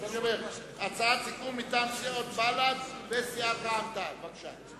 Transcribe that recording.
הצעת סיכום מטעם סיעות בל"ד ורע"ם-תע"ל, בבקשה.